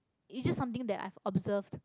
is just something that I've observed